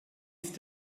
ist